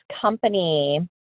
company